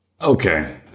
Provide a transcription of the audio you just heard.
Okay